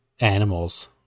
animals